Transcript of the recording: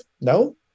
No